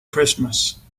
christmas